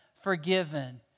Forgiven